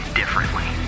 differently